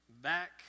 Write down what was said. Back